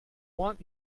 want